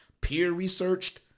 peer-researched